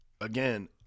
again